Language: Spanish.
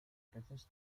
peces